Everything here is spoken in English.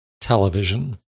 television